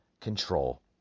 control